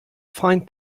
find